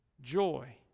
joy